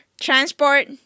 transport